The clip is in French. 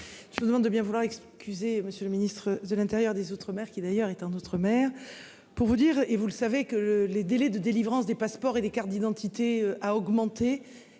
Je vous demande de bien vouloir excuser Monsieur le Ministre de l'intérieur des outre-mer qui d'ailleurs étant d'outre-mer pour vous dire et vous le savez que le les délais de délivrance des passeports et des cartes d'identité a augmenté